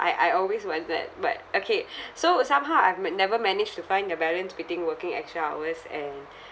I I always want that but okay so somehow I've m~ never managed to find a balance between working extra hours and